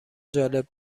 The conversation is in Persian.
جالب